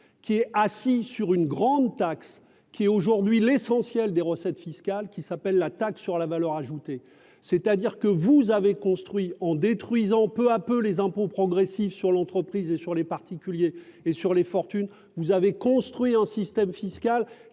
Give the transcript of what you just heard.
qui est assis sur une grande taxe qui est aujourd'hui l'essentiel des recettes fiscales qui s'appelle la taxe sur la valeur ajoutée, c'est-à-dire que vous avez construit en détruisant peu à peu les impôts progressifs sur l'entreprise et sur les particuliers et sur les fortunes, vous avez construit un système fiscal